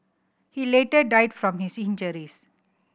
he later died from his injuries